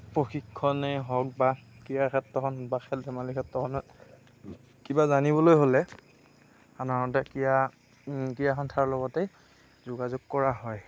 প্ৰশিক্ষণেই হওঁক বা ক্ৰিয়া ক্ষেত্ৰখন বা খেল ধেমালি ক্ষেত্ৰখন কিবা জানিবলৈ হ'লে সাধাৰনতে ক্ৰীড়া ক্ৰীড়া সন্থাৰ লগতেই যোগাযোগ কৰা হয়